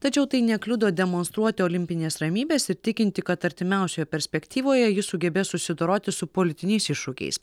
tačiau tai nekliudo demonstruoti olimpinės ramybės ir tikinti kad artimiausioje perspektyvoje ji sugebės susidoroti su politiniais iššūkiais